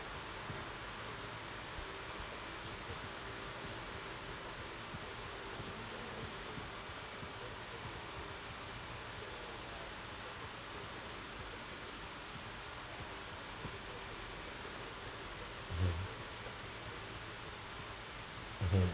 hmm mmhmm